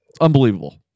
Unbelievable